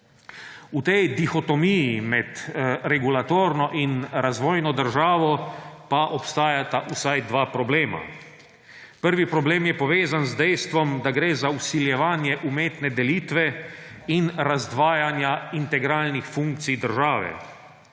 V tej dihotomiji med regulatorno in razvojno državo pa obstajata vsaj dva problema. Prvi problem je povezan z dejstvom, da gre za vsiljevanje umetne delitve in razdvajanja integralnih funkcij države.